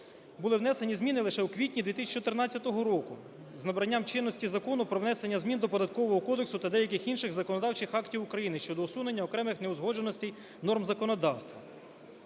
Були внесені зміни лише у квітні 2014 року з набранням чинності Закону про внесення змін до Податкового кодексу та деяких інших законодавчих актів України щодо усунення окремих неузгодженостей норм законодавства.